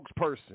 spokesperson